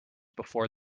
before